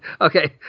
Okay